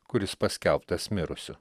kuris paskelbtas mirusiu